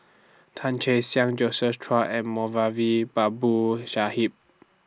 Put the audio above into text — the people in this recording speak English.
Tan Che Sang Josephine Chia and Moulavi Babu Sahib